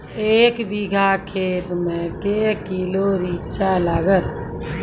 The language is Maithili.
एक बीघा खेत मे के किलो रिचा लागत?